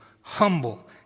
humble